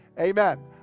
Amen